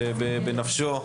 שבנפשו.